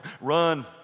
run